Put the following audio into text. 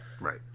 Right